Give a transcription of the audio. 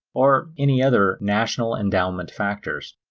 or any other national endowment factors.